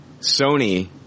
Sony